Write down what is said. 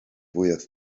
fwyaf